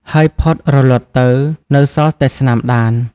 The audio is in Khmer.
ហើយផុតរលត់ទៅ នៅសល់តែស្នាមដាន។